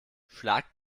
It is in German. schlagt